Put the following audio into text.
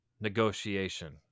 negotiation